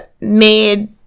made